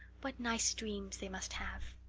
what nice dreams they must have!